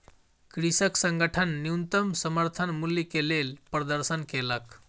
कृषक संगठन न्यूनतम समर्थन मूल्य के लेल प्रदर्शन केलक